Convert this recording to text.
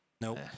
Nope